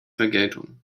vergeltung